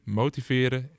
motiveren